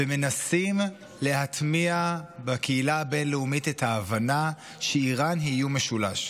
ומנסים להטמיע בקהילה הבין-לאומית את ההבנה שאיראן היא איום משולש,